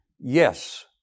Yes